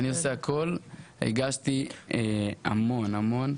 אני עושה הכול, הגשתי המון המון,